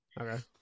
Okay